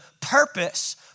purpose